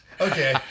okay